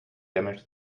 damage